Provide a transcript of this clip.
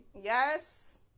yes